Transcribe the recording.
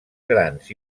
grans